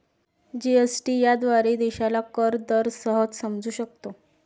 GST याद्वारे देशाला कर दर सहज समजू शकतो